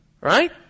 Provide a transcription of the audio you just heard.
right